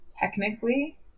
technically